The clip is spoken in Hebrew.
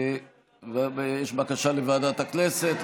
יש בקשה לוועדת הכנסת,